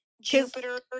Jupiter